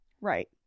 right